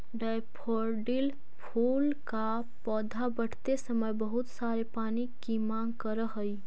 daffodil फूल का पौधा बढ़ते समय बहुत सारे पानी की मांग करअ हई